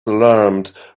alarmed